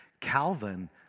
Calvin